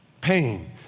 pain